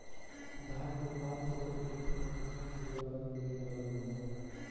धान के पाँच एकड़ खेती में केतना किलोग्राम यूरिया डालल जाला?